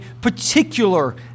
particular